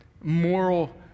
moral